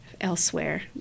elsewhere